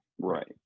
Right